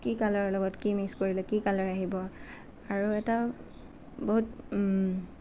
কি কালাৰৰ লগত কি মিক্স কৰিলে কি কালাৰ আহিব আৰু এটা বহুত